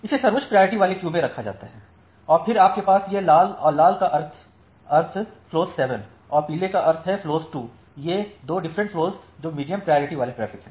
इसे सर्वोच्च प्रायोरिटी वाली क्यू में रखा जाता है फिर आपके पास यह लाल और लाल का अर्थ फ्लोस 7 और पीले रंग का होता है फ्लोस 2 ये 2 डिफरेंट फ्लोस जो मीडियम प्रायोरिटी वाले ट्रैफिक हैं